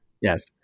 Yes